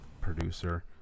producer